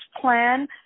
plan